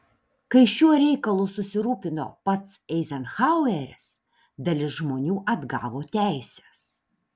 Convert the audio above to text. kai šiuo reikalu susirūpino pats eizenhaueris dalis žmonių atgavo teises